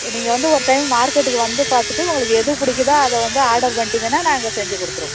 நீங்கள் வந்து ஒரு டைம் மார்க்கெட்டுக்கு வந்து பார்த்துட்டு உங்களுக்கு எது பிடிக்குதோ அதை வந்து ஆர்டர் பண்ணிட்டிங்கன்னா நாங்கள் செஞ்சு கொடுத்துருவோம்